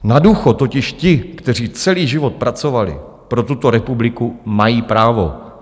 Na důchod totiž ti, kteří celý život pracovali pro tuto republiku, mají právo.